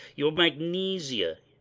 your magnesia,